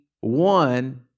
one